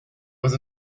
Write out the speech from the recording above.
was